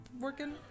working